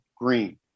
Green